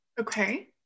okay